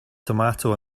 tomato